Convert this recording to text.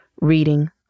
reading